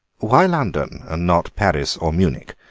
why london and not paris or munich?